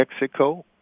Mexico